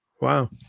Wow